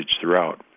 throughout